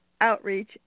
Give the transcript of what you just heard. outreach